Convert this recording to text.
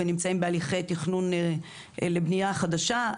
ונמצאים בהליכי תכנון לבנייה חדשה.